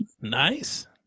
Nice